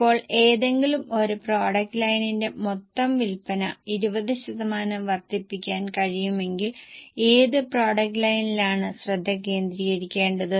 ഇപ്പോൾ ഏതെങ്കിലും ഒരു പ്രോഡക്റ്റ് ലൈനിന്റെ മൊത്തം വിൽപ്പന 20 ശതമാനം വർദ്ധിപ്പിക്കാൻ കഴിയുമെങ്കിൽ ഏത് പ്രോഡക്റ്റ് ലൈനിലാണ് ശ്രദ്ധ കേന്ദ്രീകരിക്കേണ്ടത്